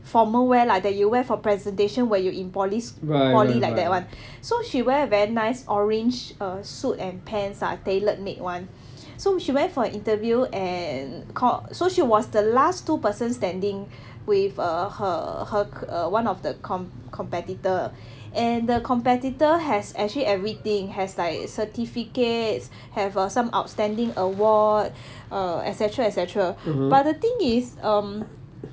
formal wear lah that you wear for presentation when you in poly s~ poly like that one so she wear very nice orange err suit and pants are tailored made [one] so she went for an interview and called so she was the last two person standing with err her her err one of the com~ competitor and the competitor has actually everything has like certificates have a some outstanding award err et cetera et cetera but the thing is um